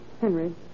Henry